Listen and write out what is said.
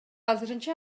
азырынча